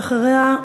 ואחריה,